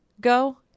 go